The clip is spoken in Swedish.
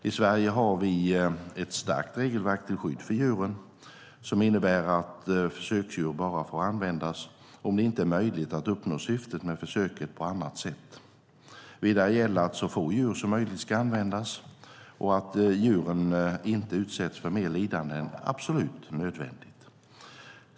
I Sverige har vi ett starkt regelverk till skydd för djuren som innebär att försöksdjur bara får användas om det inte är möjligt att uppnå syftet med försöket på annat sätt. Vidare gäller att så få djur som möjligt ska användas och att djuren inte utsätts för mer lidande än absolut nödvändigt.